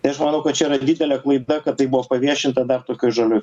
tai aš manau kad čia yra didelė klaida kad tai buvo paviešinta dar tokioj žalioj